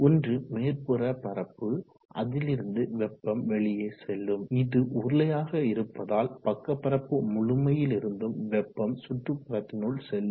ஒன்று மேற்புற பரப்பு அதிலிருந்து வெப்பம் வெளியே செல்லும் இது உருளையாக இருப்பதால் பக்க பரப்பு முழுமையிலிருந்தும் வெப்பம் சுற்றுப்புறத்தினுள் செல்லும்